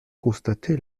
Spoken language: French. constaté